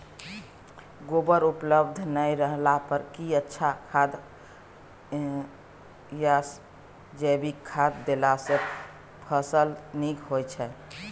गोबर उपलब्ध नय रहला पर की अच्छा खाद याषजैविक खाद देला सॅ फस ल नीक होय छै?